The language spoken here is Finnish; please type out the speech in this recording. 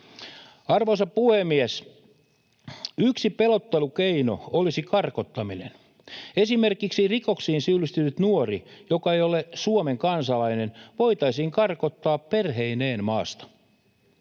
Arvoisa puhemies! Yksi pelottelukeino olisi karkottaminen. Esimerkiksi rikoksiin syyllistynyt nuori, joka ei ole Suomen kansalainen, voitaisiin karkottaa perheineen maasta.